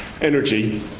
energy